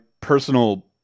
personal